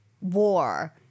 war